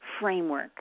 framework